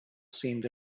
seemed